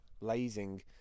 lazing